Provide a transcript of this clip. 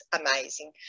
amazing